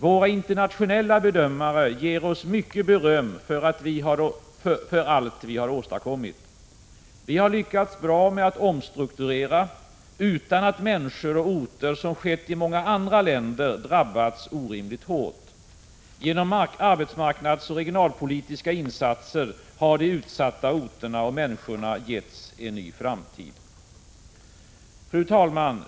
Våra internationella bedömare ger oss mycket beröm för allt vi har åstadkommit. Vi har lyckats bra med att omstrukturera utan att människor och orter — som skett i många andra länder — drabbats orimligt hårt. Genom arbetsmarknadsoch regionalpolitiska insatser har de utsatta orterna och människorna getts en ny framtid. Fru talman!